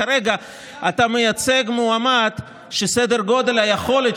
שכרגע אתה מייצג מועמד שסדר גודל היכולת